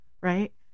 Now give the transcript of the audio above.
right